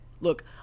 Look